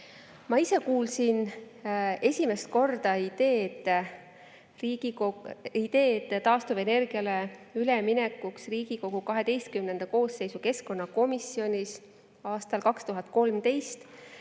Ma ise kuulsin esimest korda taastuvenergiale ülemineku ideed Riigikogu 12. koosseisu keskkonnakomisjonis aastal 2013,